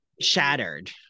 shattered